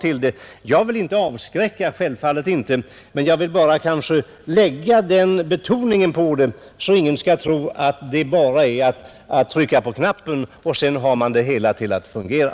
Jag vill självfallet inte avskräcka någon, utan jag vill bara göra den betoningen för att ingen skall tro att det bara är att trycka på en knapp för att få det hela att fungera.